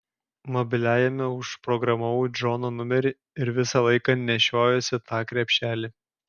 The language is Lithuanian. mobiliajame užprogramavau džono numerį ir visą laiką nešiojuosi tą krepšelį